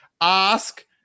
ask